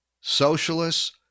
socialists